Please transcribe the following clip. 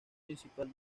principal